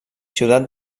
ciutat